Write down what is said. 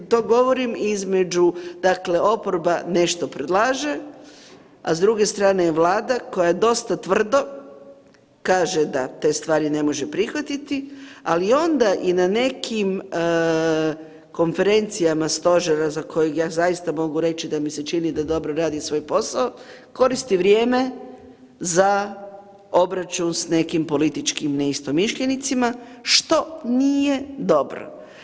To govorim između, dakle oporba nešto predlaže, a s druge strane je Vlada koja dosta tvrdo kaže da te stvari ne može prihvatiti, ali onda i na nekim konferencijama stožera za kojeg ja zaista mogu reći da mi se čini da dobro radi svoj posao, koristi vrijeme za obračun s nekim političkim neistomišljenicima, što nije dobro.